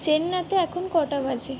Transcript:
চেন্নাইতে এখন কটা বাজে